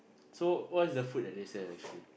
so what is the food that they sell actually